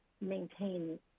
maintain